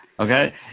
Okay